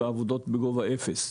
בעבודות בגובה אפס,